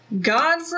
God